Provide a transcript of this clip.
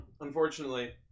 unfortunately